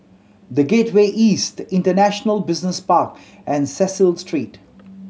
The Gateway East International Business Park and Cecil Street